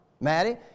Maddie